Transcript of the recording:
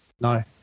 No